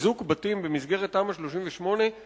לחיזוק הבתים במסגרת תמ"א 38 ממש